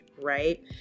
right